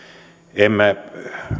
emme